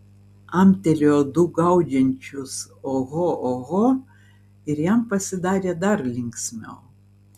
amtelėjo du gaudžiančius oho oho ir jam pasidarė dar linksmiau